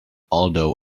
aldo